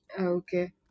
okay